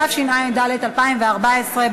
התשע"ד 2014,